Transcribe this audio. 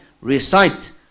recite